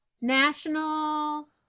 national